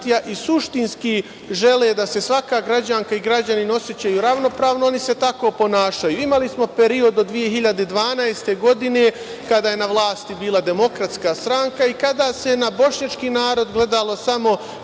i suštinski žele da se svaka građanka i građanin osećaju ravnopravno oni se tako ponašaju. Imali smo period do 2012. godine kada je na vlasti bila DS i kada se na bošnjački narod gledalo samo